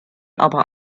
aber